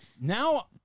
now